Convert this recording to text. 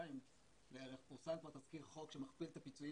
כחודשיים פורסם כבר תזכיר חוק שמכפיל את הפיצויים